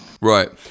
Right